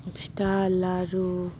फिथा लारु